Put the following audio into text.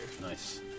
Nice